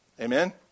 Amen